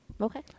Okay